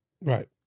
Right